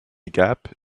gap